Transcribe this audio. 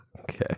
Okay